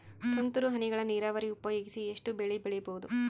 ತುಂತುರು ಹನಿಗಳ ನೀರಾವರಿ ಉಪಯೋಗಿಸಿ ಎಷ್ಟು ಬೆಳಿ ಬೆಳಿಬಹುದು?